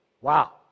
Wow